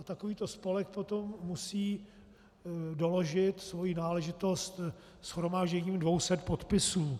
Takovýto spolek potom musí doložit svoji náležitost shromážděním 200 podpisů.